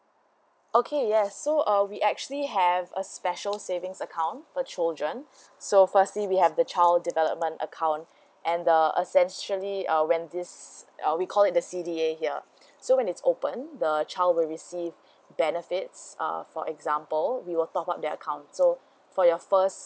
okay yes so err we actually have a special savings account for children so firstly we have the child development account and the essentially uh when this uh we called it the C_D_A here so when it's open the child will receive benefits uh for example we will top up their account so for your first